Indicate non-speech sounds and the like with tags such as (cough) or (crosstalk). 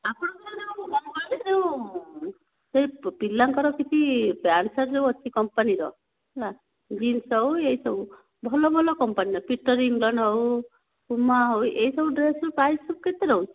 ଆପଣଙ୍କର ଯେଉଁ ଲୁଗା (unintelligible) ଯେଉଁ ସେହି ପିଲାଙ୍କର କିଛି ପ୍ୟାଣ୍ଟ ସାର୍ଟ ଯେଉଁ ଅଛି କମ୍ପାନିର ହେଲା ଜିନ୍ସ ହେଉ ଏହିସବୁ ଭଲ ଭଲ କମ୍ପାନିର ପିଟର ଇଂଲଣ୍ଡ ହେଉ ପୁମା ହେଉ ଏହି ସବୁ ଡ୍ରେସର ପ୍ରାଇସ ସବୁ କେତେ ରହୁଛି